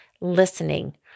listening